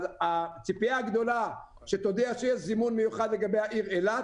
הציפייה הגדולה היא שתודיע שיש זימון מיוחד בעניין העיר אילת